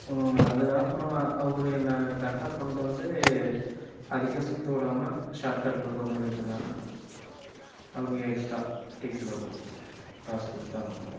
அது அப்புறம் அவரு என்ன கரெக்டாக கொண்டுவந்து அதிகம் சுற்றவிடாம ஷார்ட்கட்டில் கொண்டுவந்து விட்டதினால அவருக்கு எக்ஸ்ட்ரா டீ செலவுக்கு காசு கொடுத்து அனுப்பினோம்